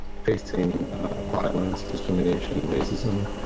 facing violence, discrimination, and racism.